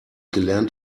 gelernt